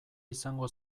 izango